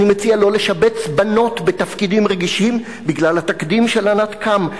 אני מציע לא לשבץ בנות בתפקידים רגישים בגלל התקדים של ענת קם,